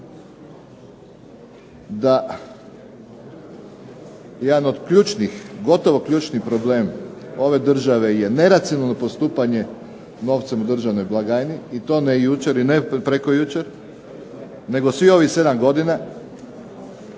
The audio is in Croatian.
da jedan od gotovo ključnih problema ove države je neracionalno postupanje novcem u državnoj blagajni i to ne jučer i ne prekjučer, nego svih ovih 7 godina,